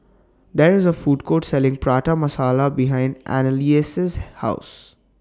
There IS A Food Court Selling Prata Masala behind Anneliese's House